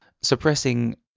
suppressing